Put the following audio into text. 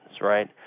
right